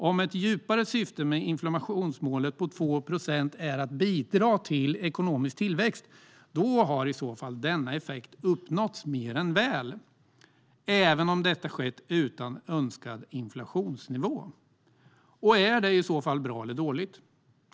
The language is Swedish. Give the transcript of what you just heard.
Om ett djupare syfte med inflationsmålet på 2 procent är att bidra till ekonomisk tillväxt har denna effekt uppnåtts mer än väl - även om detta har skett utan önskad inflationsnivå. Är detta i så fall bra eller dåligt?